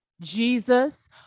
Jesus